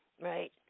right